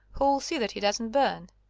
who'll see that he doesn't burn?